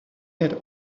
had